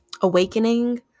Awakening